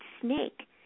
snake